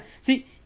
see